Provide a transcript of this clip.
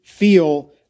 feel